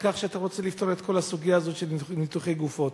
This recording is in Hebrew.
בכך שאתה רוצה לפתור את כל הסוגיה הזאת של ניתוחי גופות,